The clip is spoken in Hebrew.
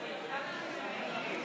אני מקווה שהעמדות יעבדו.